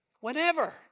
whenever